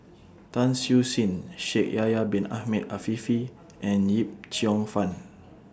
Tan Siew Sin Shaikh Yahya Bin Ahmed Afifi and Yip Cheong Fun